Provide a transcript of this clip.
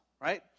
right